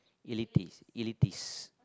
elite elites